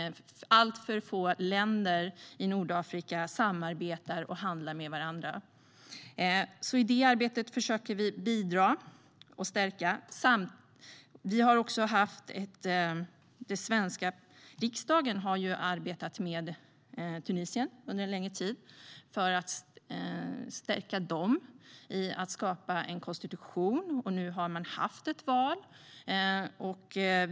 Alltför få länder i Nordafrika samarbetar och handlar med varandra. I detta arbete försöker vi bidra. Den svenska riksdagen har arbetat med Tunisien under en längre tid för att stärka landet i skapandet av en konstitution. Nu har man haft ett val.